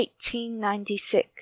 1896